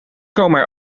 komen